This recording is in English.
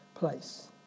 Place